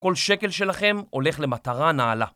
כל שקל שלכם הולך למטרה נעלה